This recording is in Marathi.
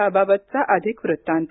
याबाबत अधिक वृत्तांत